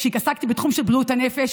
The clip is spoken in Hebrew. שהתעסקתי בתחום של בריאות הנפש,